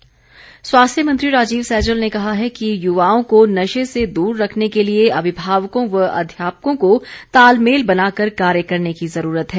सैजल स्वास्थ्य मंत्री राजीव सैजल ने कहा है कि युवाओं को नशे से दूर रखने के लिए अभिभावकों व अध्यापकों को तालमेल बनाकर कार्य करने की ज़रूरत है